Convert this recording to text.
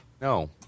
no